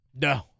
No